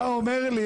אתה אומר לי,